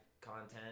content